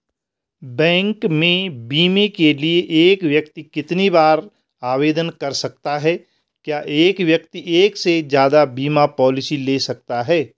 Bank में बीमे के लिए एक व्यक्ति कितनी बार आवेदन कर सकता है क्या एक व्यक्ति एक से ज़्यादा बीमा पॉलिसी ले सकता है?